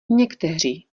někteří